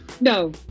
No